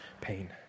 pain